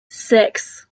six